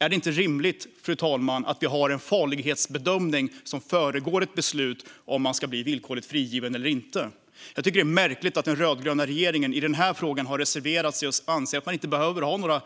Är det inte rimligt, fru talman, att vi har en farlighetsbedömning som föregår ett beslut om villkorlig frigivning? Jag tycker att det är märkligt att den rödgröna regeringen har reserverat sig i den här frågan och anser att man inte behöver ha några